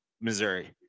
Missouri